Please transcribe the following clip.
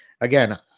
again